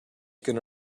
going